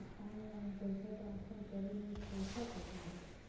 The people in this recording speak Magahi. ऑनलाइन पैसा ट्रांसफर करे में पैसा कटा है?